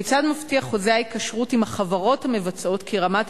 כיצד מבטיח חוזה ההיקשרות עם החברות המבצעות כי רמת